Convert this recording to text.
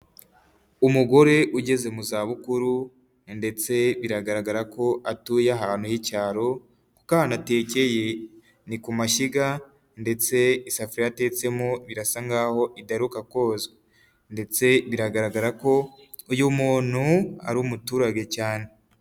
Umugore ugeze mu za bukuru ndetse biragaragara ko atuye ahantu h'icyaro kuko ahantu atekeye ni ku mashyiga ndetse isafuriya yatetsemo, birasa nk'aho idaheruka kozwa ndetse biragaragara ko uyu muntu ari umuturage cyane.